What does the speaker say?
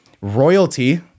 royalty